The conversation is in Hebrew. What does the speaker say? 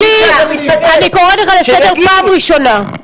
חבר הכנסת שיקלי, אני קוראת לך לסדר פעם ראשונה.